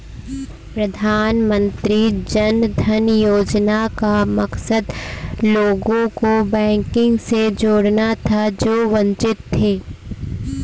प्रधानमंत्री जन धन योजना का मकसद लोगों को बैंकिंग से जोड़ना था जो वंचित थे